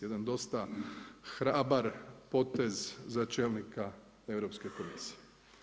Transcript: Jedan dosta hrabar potez za čelnika Europske komisije.